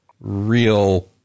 real